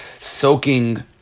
soaking